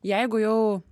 jeigu jau